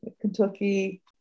Kentucky